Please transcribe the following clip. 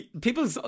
people